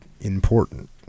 Important